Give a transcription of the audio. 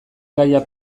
gaia